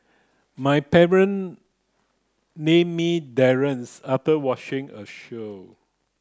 my parent named me after watching a show